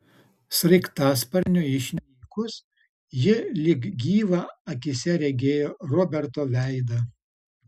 sraigtasparniui išnykus ji lyg gyvą akyse regėjo roberto veidą